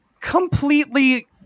completely